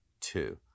two